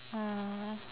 !aww!